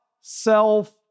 self